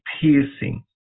piercing